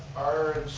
r